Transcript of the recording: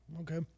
okay